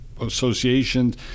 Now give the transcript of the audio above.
associations